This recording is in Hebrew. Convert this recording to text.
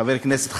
חבר הכנסת חזן,